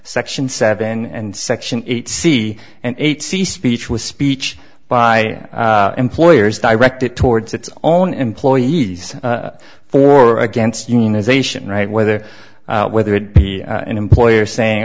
section seven and section eight c and eight c speech was speech by employers directed towards its own employees for or against unionization right whether whether it be an employer saying